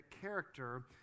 character